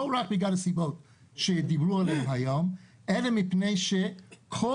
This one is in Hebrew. לא רק בגלל סיבות שדיברו עליהן כאן אלא מפני שכל